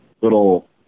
little